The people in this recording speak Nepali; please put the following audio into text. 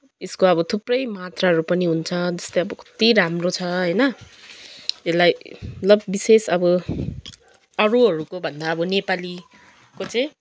यसको अब थुप्रै मात्राहरू पनि हुन्छ जस्तै अब कत्ति राम्रो छ होइन यसलाई मतलब विशेष अब अरूहरूको भन्दा अब नेपालीको चाहिँ